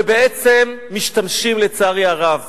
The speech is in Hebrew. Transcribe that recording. ובעצם משתמשים לצערי הרב